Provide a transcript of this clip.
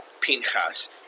Pinchas